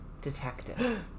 detective